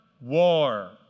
war